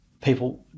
people